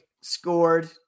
scored